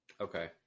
Okay